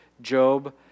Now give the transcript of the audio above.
Job